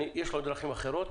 יש עוד דרכים אחרות